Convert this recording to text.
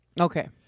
Okay